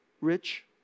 rich